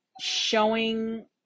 showing